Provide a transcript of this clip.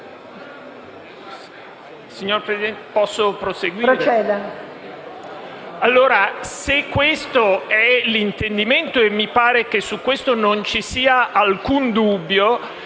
Se questo è l'intendimento - e mi sembra che su ciò non ci sia alcun dubbio